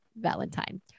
Valentine